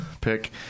pick